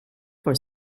for